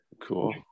cool